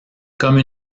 comme